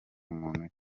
muntu